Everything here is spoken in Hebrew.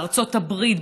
ארצות הברית,